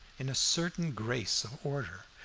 in a certain grace of order,